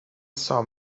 saw